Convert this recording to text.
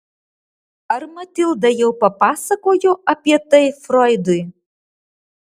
ar matilda jau papasakojo apie tai froidui